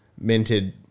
minted